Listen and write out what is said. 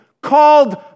called